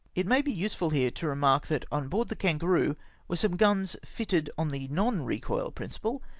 it may be useful here to remark that on board the kangaroo were some guns fitted on the non-recoil prin ciple,